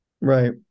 Right